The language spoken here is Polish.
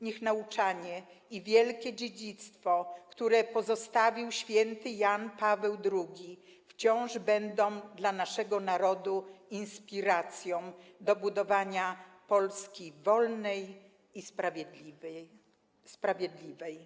Niech nauczanie i wielkie dziedzictwo, które pozostawił św. Jan Paweł II, wciąż będą dla naszego narodu inspiracją do budowania Polski wolnej i sprawiedliwej”